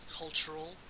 cultural